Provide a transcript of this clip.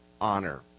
honor